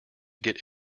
get